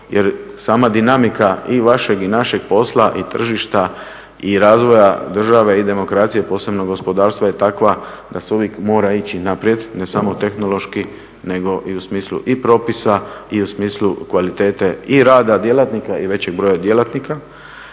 sama dinamika i vašeg i našeg posla i tržišta i razvoja države i demokracije, posebno gospodarstva je takva da se uvijek mora ići naprijed, ne samo tehnološki nego i u smislu i propisa i u smislu kvalitete i rada djelatnika i većeg broja djelatnika